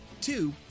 two